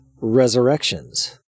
Resurrections